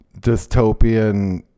dystopian